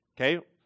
Okay